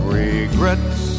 regrets